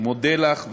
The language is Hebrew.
אני מודה לך,